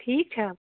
ٹھیٖک چھا